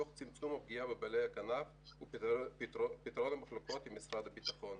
תוך צמצום הפגיעה בבעלי הכנף ופתרון מחלוקות עם משרד הביטחון.